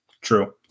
True